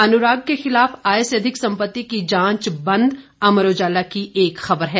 अनुराग के खिलाफ आय से अधिक संपत्ति की जांच बंद अमर उजाला की एक खबर है